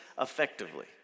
effectively